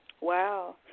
Wow